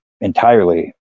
entirely